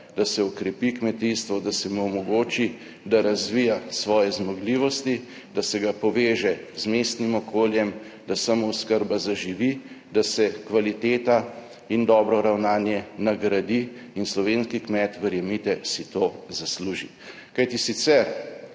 da se okrepi kmetijstvo, da se mu omogoči, da razvija svoje zmogljivosti, da se ga poveže z mestnim okoljem, da samooskrba zaživi, da se kvaliteta in dobro ravnanje nagradi. In slovenski kmet, verjemite, si to zasluži. Kajti, sicer